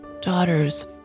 daughters